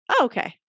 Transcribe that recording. Okay